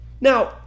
Now